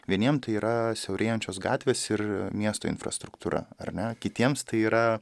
vieniem tai yra siaurėjančios gatvės ir miesto infrastruktūra ar ne kitiems tai yra